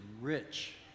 rich